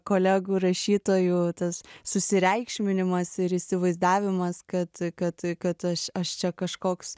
kolegų rašytojų tas susireikšminimas ir įsivaizdavimas kad kad kad aš aš čia kažkoks